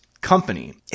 company